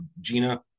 Gina